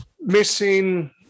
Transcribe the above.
missing